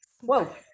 Whoa